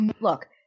Look